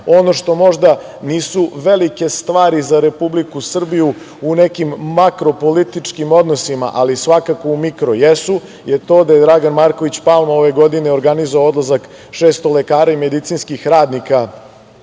Ono što možda nisu velike stvari za Republiku Srbiju u nekim makropolitičkim odnosima, ali svakako u mikro jesu, je to da je Dragan Marković Palma ove godine organizovao odlazak 600 lekara i medicinskih radnika